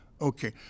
Okay